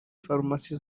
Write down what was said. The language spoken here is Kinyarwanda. farumasi